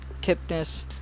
Kipnis